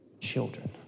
children